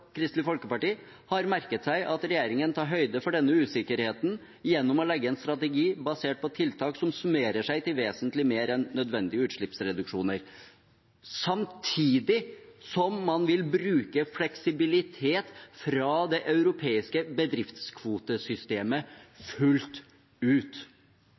Kristelig Folkeparti har merket seg at regjeringen tar høyde for denne usikkerheten gjennom å legge en strategi basert på tiltak som summerer seg til vesentlig mer enn nødvendig utslippsreduksjon, samtidig som man vil bruke fleksibilitet fra det europeiske bedriftskvotesystemet fullt ut.»